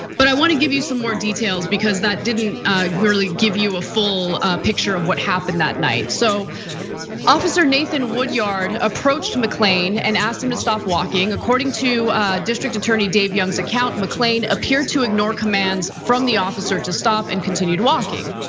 but i wanna give you some more details, because that didn't really give you a full picture of what happened that night. so officer nathan woodyard approached mcclain and asked him to stop walking. according to district attorney dave young's account, mcclain appeared to ignore commands from the officer to stop and continued walking.